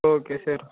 okay sir